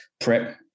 prep